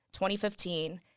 2015